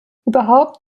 überhaupt